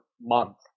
month